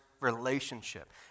relationship